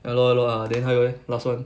ya lor ya lor ah then 还有 leh last [one]